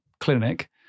clinic